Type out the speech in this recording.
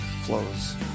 flows